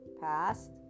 past